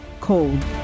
Cold